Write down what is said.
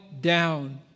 down